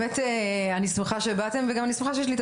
באמת אני שמחה שבאתם ואני גם שמחה שיש לי את